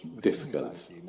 difficult